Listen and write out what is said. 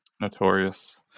notorious